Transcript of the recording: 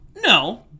no